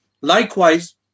Likewise